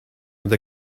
with